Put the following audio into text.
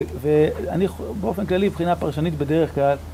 ובאופן כללי, מבחינה פרשנית, בדרך כלל...